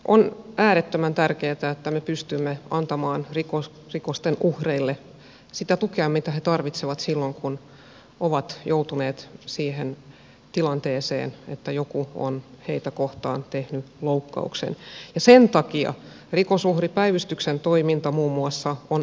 on äärettömän tärkeätä että me pystymme antamaan rikosten uhreille sitä tukea mitä he tarvitsevat silloin kun ovat joutuneet siihen tilanteeseen että joku on heitä kohtaan tehnyt loukkauksen ja sen takia rikosuhripäivystyksen toiminta muun muassa on äärimmäisen tärkeätä